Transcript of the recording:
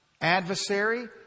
adversary